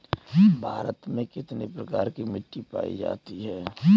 भारत में कितने प्रकार की मिट्टी पाई जाती है?